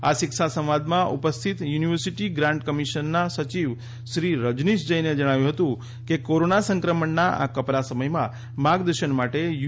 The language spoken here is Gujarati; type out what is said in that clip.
આ શિક્ષા સંવાદમાં ઉપસ્થિત યુનિવર્સિટી ગ્રાન્ટ કમિશનના સચિવ શ્રી રજનીશ જૈને જણાવ્યું હતું કે કોરોના સંક્રમણના આ કપરા સમયમાં માર્ગદર્શન માટે યુ